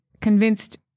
convinced